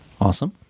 Awesome